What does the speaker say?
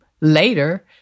later